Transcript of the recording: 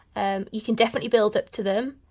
and you can definitely build up to them.